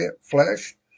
flesh